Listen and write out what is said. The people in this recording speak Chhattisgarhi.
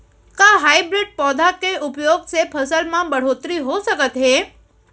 का हाइब्रिड पौधा के उपयोग से फसल म बढ़होत्तरी हो सकत हे?